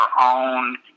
own